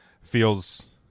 feels